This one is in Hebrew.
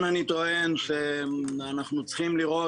אני חושב שאנחנו צריכים לראות